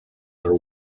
are